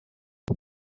two